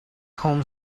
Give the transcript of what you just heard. home